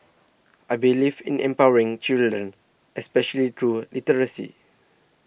I believe in empowering children especially through literacy